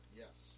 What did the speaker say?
yes